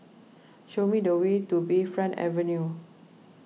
show me the way to Bayfront Avenue